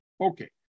Okay